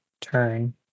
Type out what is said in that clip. turn